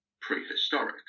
prehistoric